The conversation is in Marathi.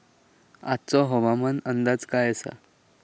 आजचो हवामान अंदाज काय आसा?